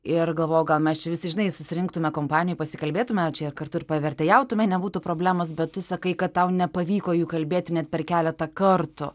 ir galvoju gal mes čia visi žinai susirinktume kompanijoj pasikalbėtume čia ir kartu ir pavertėjautume nebūtų problemos bet tu sakai kad tau nepavyko jų įkalbėti net per keletą kartų